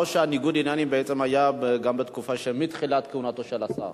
או שניגוד העניינים היה גם בתקופה שמתחילת כהונתו של השר?